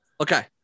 Okay